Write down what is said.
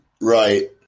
Right